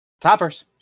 toppers